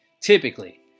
Typically